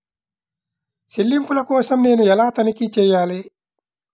చెల్లింపుల కోసం నేను ఎలా తనిఖీ చేయాలి?